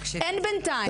אין בינתיים.